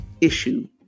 issue